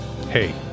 Hey